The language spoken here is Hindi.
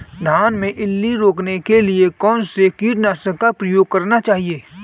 धान में इल्ली रोकने के लिए कौनसे कीटनाशक का प्रयोग करना चाहिए?